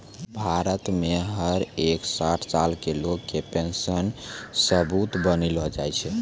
भारत मे हर एक साठ साल के लोग के पेन्शन सबूत बनैलो जाय छै